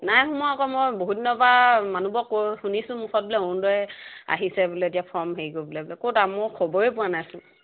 নাই সোমোৱা আকৌ মই বহুত দিনৰ পৰা মানুহবোৰক কৈ শুনিছোঁ মুখত বোলে অৰুণোদয় আহিছে বোলে এতিয়া ফৰ্ম হেৰি কৰিবলৈ বোলে ক'তা মই খবৰেই পোৱা নাইচোন